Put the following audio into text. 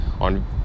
on